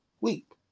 weep